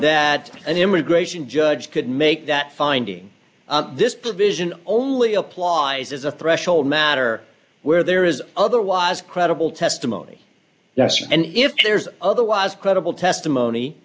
that an immigration judge could make that finding this provision only applies as a threshold matter where there is otherwise credible testimony yesterday and if there's otherwise credible testimony